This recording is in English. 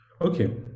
okay